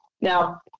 Now